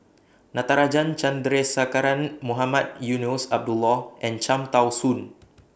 Natarajan Chandrasekaran Mohamed Eunos Abdullah and Cham Tao Soon